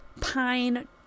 pine